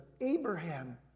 Abraham